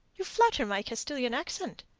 you flatter my castilian accent.